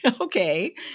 Okay